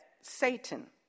Satan